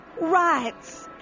rights